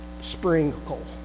sprinkle